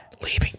leaving